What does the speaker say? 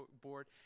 board